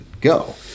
go